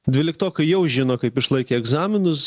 dvyliktokai jau žino kaip išlaikė egzaminus